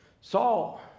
Saul